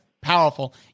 powerful